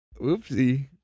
Oopsie